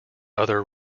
other